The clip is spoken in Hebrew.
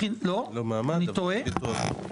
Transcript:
אני טועה?